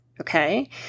okay